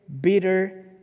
bitter